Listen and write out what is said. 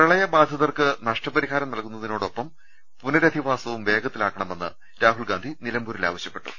പ്രളയബാധിതർക്ക് നഷ്ടപരിഹാരം നൽകുന്ന തോടൊപ്പം പുനരധിവാസവും വേഗത്തിലാക്കണമെന്ന് രാഹുൽ ഗാന്ധി നിലമ്പൂരിൽ ആവശ്യപ്പെട്ടു